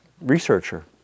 researcher